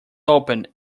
open